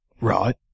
Right